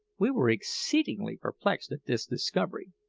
we were exceedingly perplexed at this discovery,